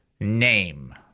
name